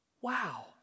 Wow